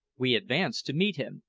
we advanced to meet him,